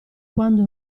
quando